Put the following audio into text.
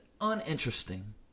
uninteresting